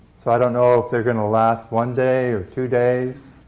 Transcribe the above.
so i don't know if they're going to last one day or two days